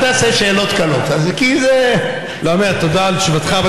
אל תעשה שאלות קלות, כי זה, תודה על תשובתך.